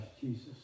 Jesus